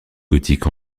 gothique